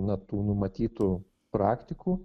na tų numatytų praktikų